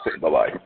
Bye-bye